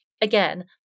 again